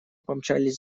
помчались